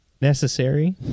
necessary